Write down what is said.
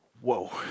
whoa